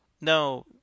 No